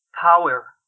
power